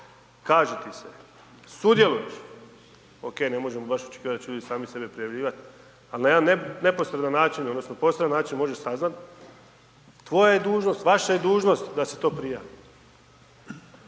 kaže ti se, sudjeluješ, ok ne možemo baš očekivati da će ljudi sami sebe prijavljivati ali na jedan neposredan način odnosno posredan način može saznati tvoja je dužnost, vaša je dužnost da se to prijavi.